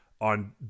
on